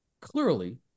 clearly